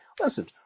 Listen